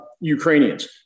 Ukrainians